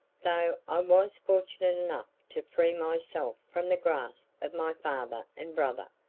though i was fortunate enough to free myself from the grasp of my father and brother,